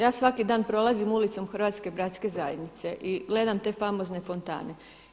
Ja svaki dan prolazim ulicom Hrvatske bratske zajednice i gledam te famozne fontane.